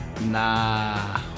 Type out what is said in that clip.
Nah